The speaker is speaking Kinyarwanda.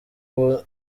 ubu